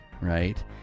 right